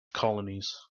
colonies